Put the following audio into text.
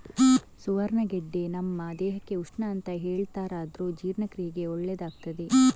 ಸುವರ್ಣಗಡ್ಡೆ ನಮ್ಮ ದೇಹಕ್ಕೆ ಉಷ್ಣ ಅಂತ ಹೇಳ್ತಾರಾದ್ರೂ ಜೀರ್ಣಕ್ರಿಯೆಗೆ ಒಳ್ಳೇದಾಗ್ತದೆ